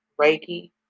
Reiki